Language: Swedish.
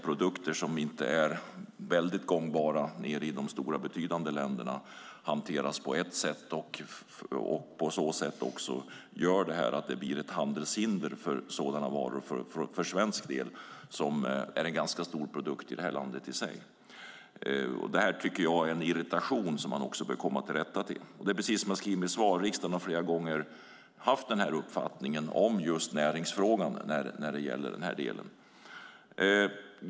Produkter som inte är så väldigt gångbara i de stora betydande länderna hanteras på ett sätt, och därmed blir det ett handelshinder för sådana varor som för svensk del är en ganska stor produkt. Det skapar en irritation som jag tycker att vi bör komma till rätta med. Som jag skriver i min interpellation har riksdagen flera gånger haft den uppfattningen just när det gäller näringsfrågor.